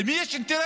למי יש אינטרס?